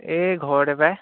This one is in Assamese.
এই ঘৰতে পায়